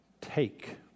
Take